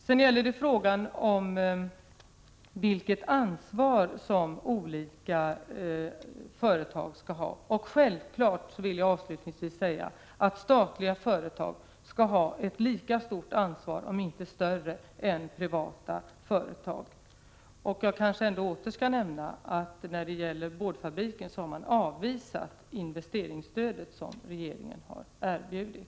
Som svar på frågan vilket ansvar olika företag skall ha vill jag självklart säga att statliga företag skall ha ett lika stort, om inte större ansvar än privata företag. Jag kanske åter skall nämna att boardfabriken har avvisat det investeringsstöd som regeringen har erbjudit.